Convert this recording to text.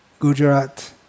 Gujarat